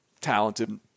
talented